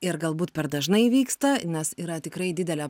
ir galbūt per dažnai vyksta yra tikrai didelė